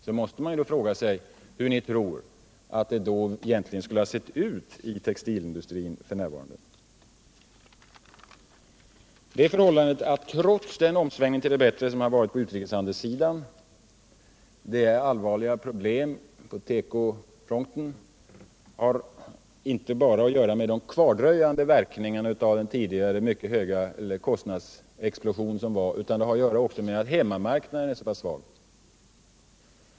Man måste fråga sig hur ni tror att den arbetskrävande tekoindustrin då skulle sett ut i dag. Trots den omsvängning till det bättre som varit på utrikeshandelssidan är det allvarliga problem på tekofronten. Detta har inte bara att göra med de Nr 98 kvardröjande verkningarna av den tidigare kostnadsexplosionen, utan också Torsdagen den med att hemmamarknaden är så pass svag.